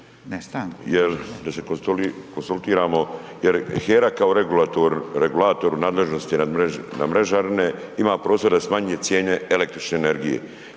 da se konzultiramo jer HERA kao regulator u nadležnosti na mrežarine ima prostor da smanji cijene električne energije.